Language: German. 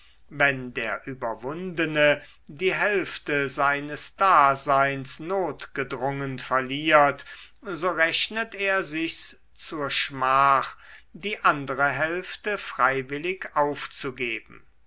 wenn der überwundene die hälfte seines daseins notgedrungen verliert so rechnet er sich's zur schmach die andere hälfte freiwillig aufzugeben